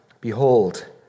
behold